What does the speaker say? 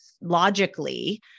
logically